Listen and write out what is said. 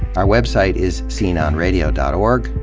our website is scenonradio dot org.